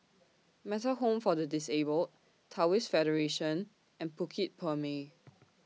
Metta Home For The Disabled Taoist Federation and Bukit Purmei